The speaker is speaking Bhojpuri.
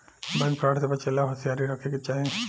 बैंक फ्रॉड से बचे ला होसियारी राखे के चाही